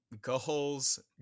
Goals